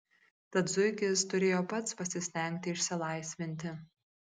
tad zuikis turėjo pats pasistengti išsilaisvinti